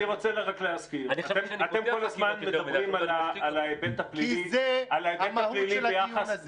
אתם כל הזמן מדברים על ההיבט הפלילי -- כי זה המהות של הדיון הזה.